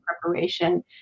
preparation